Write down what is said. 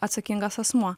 atsakingas asmuo